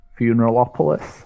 Funeralopolis